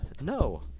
No